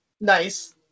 Nice